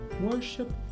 worship